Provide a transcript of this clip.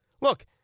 Look